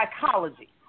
psychology